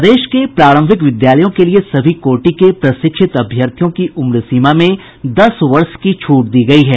प्रदेश के प्रारंभिक विद्यालयों के लिये सभी कोटि के प्रशिक्षित अभ्यर्थियों की उम्रसीमा में दस वर्ष की छूट दी गयी है